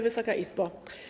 Wysoka Izbo!